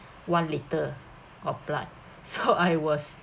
one litre of blood so I was